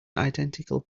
identical